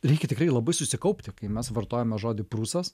reikia tikrai labai susikaupti kai mes vartojame žodį prūsas